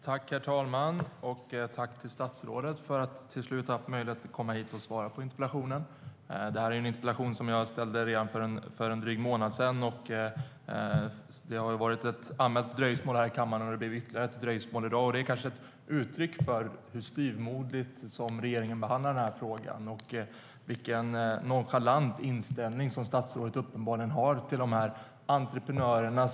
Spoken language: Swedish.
Herr talman! Jag tackar statsrådet för att han till slut har haft möjlighet att komma hit och svara på interpellationen. Detta är en interpellation som jag ställde redan för drygt en månad sedan. Det har varit ett allmänt dröjsmål här i kammaren, och det blev ytterligare ett dröjsmål i dag. Det är kanske ett uttryck för hur styvmoderligt regeringen behandlar frågan och vilken nonchalant inställning statsrådet uppenbarligen har till dessa entreprenörer.